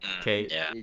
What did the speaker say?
Okay